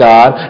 God